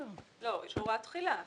יש הוראת תחילה.